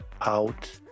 out